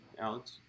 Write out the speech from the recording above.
Alex